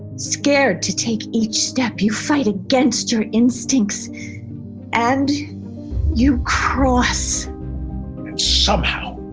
scared to take each step, you fight against your instincts and you cross. and somehow,